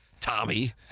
Tommy